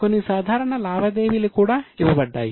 కొన్ని సాధారణ లావాదేవీలు కూడా ఇవ్వబడ్డాయి